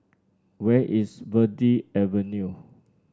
where is Verde Avenue